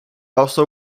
also